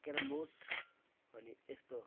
carrom board पनि यस्तो